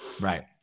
Right